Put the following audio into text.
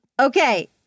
Okay